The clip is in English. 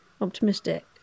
optimistic